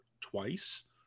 twice